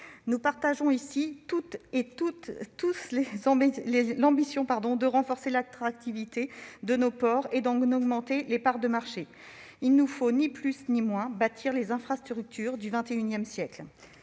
nous partageons l'ambition de renforcer l'attractivité de nos ports et d'augmenter leurs parts de marché. Il nous faut ni plus ni moins bâtir les infrastructures du XXI siècle.